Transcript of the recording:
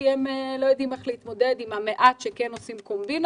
כי הם לא יודעים איך להתמודד עם המעט שכן עושים קומבינות.